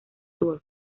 tour